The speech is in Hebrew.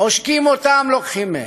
עושקים אותם, לוקחים מהם.